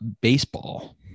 baseball